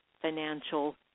financial